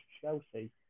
Chelsea